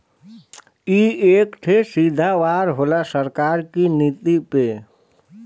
ई एक ठे सीधा वार होला सरकार की नीति पे